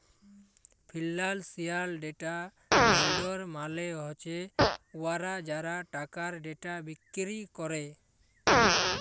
financial data vendor মালে হছে উয়ারা যারা টাকার ডেটা বিক্কিরি ক্যরে